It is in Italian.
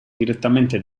direttamente